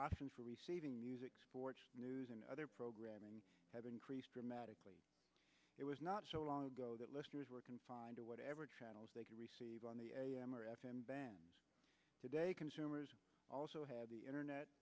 option for receiving music sports news and other programming have increased dramatically it was not so long ago that listeners were confined to whatever channels they can receive on the am or f m band today consumers also have the internet